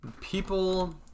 people